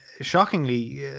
shockingly